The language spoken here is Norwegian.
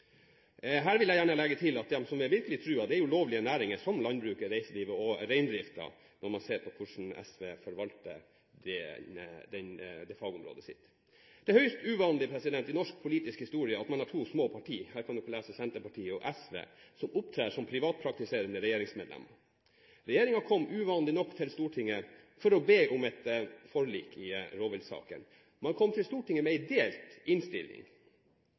Her vil jeg gjerne legge til at de som virkelig er truet, er jo lovlige næringer som landbruket, reiselivet og reindriften, når man ser på hvordan SV forvalter fagområdet sitt. Det er høyst uvanlig i norsk politisk historie at man har to små partier – her kan dere lese Senterpartiet og SV – som opptrer som privatpraktiserende regjeringsmedlemmer. Regjeringen kom uvanlig nok til Stortinget for å be om et forlik i rovviltssaken, og kom til Stortinget med en delt innstilling.